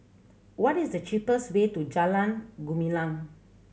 what is the cheapest way to Jalan Gumilang